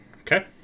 Okay